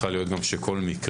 צריכה להיות שבסוף כל מקרה